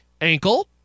ankle